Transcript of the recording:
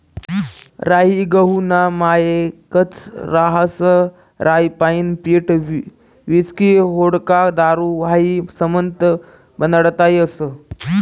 राई गहूना मायेकच रहास राईपाईन पीठ व्हिस्की व्होडका दारू हायी समधं बनाडता येस